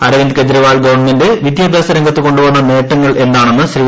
Aravind Kejriwal government വിദ്യാഭ്യാസ രംഗത്ത് കൊണ്ടു വന്ന നേട്ടങ്ങൾ എന്താണെന്ന് ശ്രീ